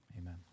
Amen